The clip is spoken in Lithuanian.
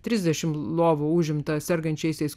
trisdešim lovų užimta sergančiaisiais